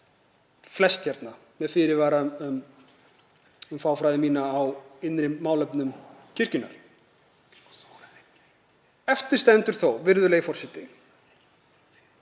flest hérna, með fyrirvara um fáfræði mína um innri málefni kirkjunnar. Eftir stendur þó, virðulegi forseti,